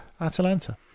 Atalanta